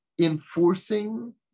enforcing